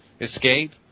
escape